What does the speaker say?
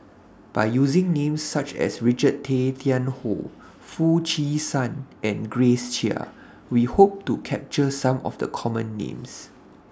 By using Names such as Richard Tay Tian Hoe Foo Chee San and Grace Chia We Hope to capture Some of The Common Names